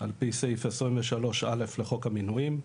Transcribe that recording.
על פי סעיף 23 א' לחוק המינויים,